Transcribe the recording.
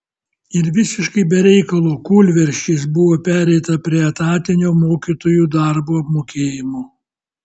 ir visiškai be reikalo kūlversčiais buvo pereita prie etatinio mokytojų darbo apmokėjimo